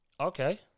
Okay